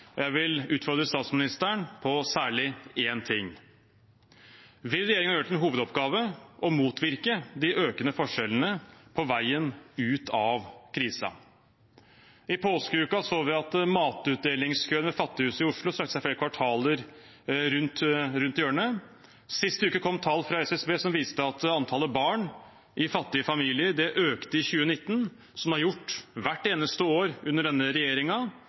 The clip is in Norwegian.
Jeg vil utfordre statsministeren på særlig én ting: Vil regjeringen gjøre det til en hovedoppgave å motvirke de økende forskjellene på veien ut av krisen? I påskeuken så vi at matutdelingskøen ved Fattighuset i Oslo strakte seg flere kvartaler rundt hjørnet. Sist uke kom tall fra SSB som viste at antallet barn i fattige familier økte i 2019, som det har gjort hvert eneste år under denne